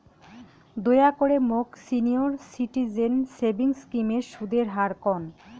দয়া করে মোক সিনিয়র সিটিজেন সেভিংস স্কিমের সুদের হার কন